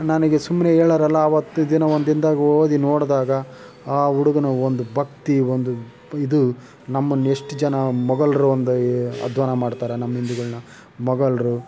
ನನಗೆ ಸುಮ್ಮನೆ ಹೇಳೋರಲ್ಲ ಆವತ್ತು ದಿನ ಒಂದು ದಿನ್ದಾಗೆ ಓದಿ ನೋಡ್ದಾಗ ಆ ಹುಡ್ಗನ ಒಂದು ಭಕ್ತಿ ಒಂದು ಇದು ನಮ್ಮಲ್ಲಿ ಎಷ್ಟು ಜನ ಮೊಘಲರು ಒಂದು ಅಧ್ವಾನ ಮಾಡ್ತಾರೆ ನಮ್ಮ ಹಿಂದೂಗಳನ್ನು ಮೊಘಲರು